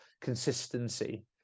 consistency